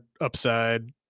upside